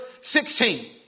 16